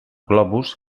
globus